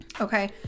okay